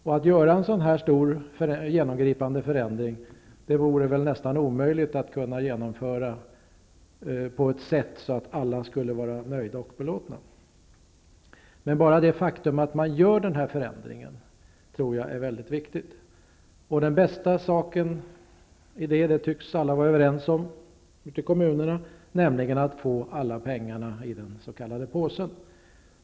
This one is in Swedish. Det vore nästan omöjligt att kunna genomföra en sådan genomgripande förändring på ett sätt som alla är nöjda och belåtna med. Men bara det faktum att man gör den här förändringen är mycket viktigt. Alla ute i kommunerna tycks vara överens om att den bästa saken i detta är att få alla pengarna i den s.k. påsen.